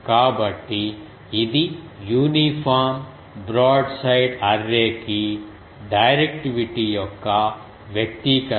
కాబట్టి ఇది uniform broadside అర్రేకి డైరెక్టివిటీ యొక్క వ్యక్తీకరణ